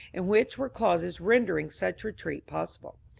in which were clauses rendering such re treat possible.